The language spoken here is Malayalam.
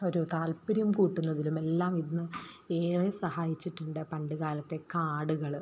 ഒരു താത്പര്യം കൂട്ടുന്നതിലും എല്ലാം ഇന്നും ഏറെ സഹായിച്ചിട്ടുണ്ട് പണ്ടു കാലത്തെ കാർഡുകൾ